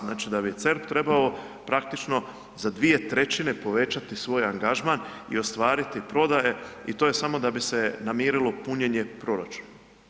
Znači da bi CERP trebao praktično za 2/3 povećati svoj angažman i ostvariti prodaje i to je samo da bi se namirilo punjenje proračuna.